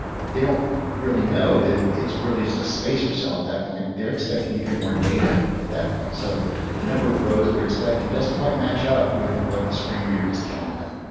they don't really know that it's really just a spacer cell at that point. they're expecting to hear more data at that point. so the number of rows they're expecting doesn't quite match up with what the screen reader is telling them.